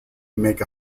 make